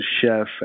chef